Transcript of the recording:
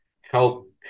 help